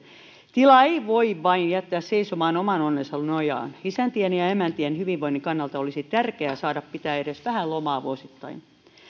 tilaa ei voi vain jättää seisomaan oman onnensa nojaan isäntien ja emäntien hyvinvoinnin kannalta olisi tärkeää saada pitää edes vähän lomaa vuosittain